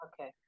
Okay